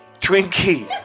Twinkie